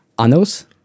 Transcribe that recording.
anos